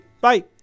Bye